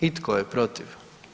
I tko je protiv?